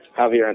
Javier